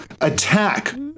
attack